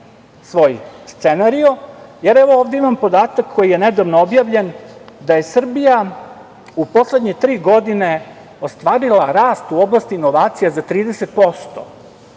svoj scenario, jer ovde imam podatak koji je nedavno objavljen da je Srbija u poslednje tri godine ostvarila rast u oblasti inovacija za 30%.